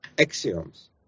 axioms